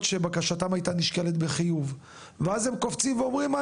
שבקשתם הייתה נשקלת בחיוב ואז הם קופצים ואומרים,